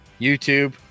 YouTube